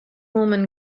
woman